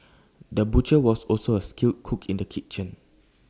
the butcher was also A skilled cook in the kitchen